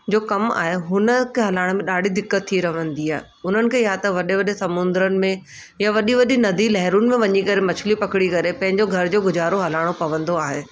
जो कमु आहे हुन खे हलाइण में ॾाढी दिक़त थी रहंदी आहे हुननि खे यां त वॾे वॾे समुद्रनि में यां वॾी वॾी नदी लहरुनि में वञी करे मछिली पकिड़ी करे पंहिंजो घर जो गुज़ारो हलाइणो पवंदो आहे